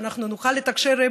שאנחנו נוכל לתקשר,